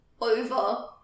over